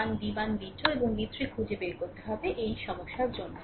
v1 v1 v2 এবং v3 খুঁজে বের করতে হবে এবং এই সমস্যার জন্য